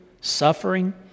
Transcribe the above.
suffering